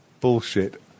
bullshit